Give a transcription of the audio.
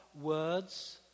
words